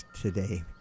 today